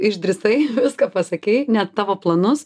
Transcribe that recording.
išdrįsai viską pasakei net tavo planus